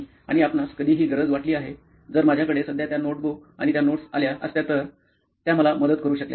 आणि आपणास कधी ही गरज वाटली आहे जर माझ्याकडे सध्या त्या नोटबुक आणि त्या नोट्स आल्या असत्या तर त्या मला मदत करु शकल्या असत्या